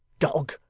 dog,